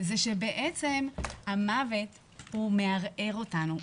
זה שבעצם המוות מערער אותנו,